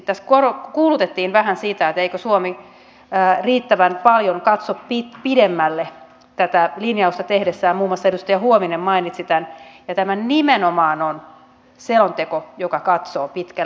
tässä peräänkuulutettiin vähän sitä eikö suomi riittävän paljon katso pidemmälle tätä linjausta tehdessään muun muassa edustaja huovinen mainitsi tämän ja tämä nimenomaan on selonteko joka katsoo pitkälle